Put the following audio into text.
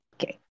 Okay